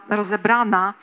rozebrana